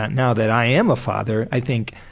now that i am a father, i think,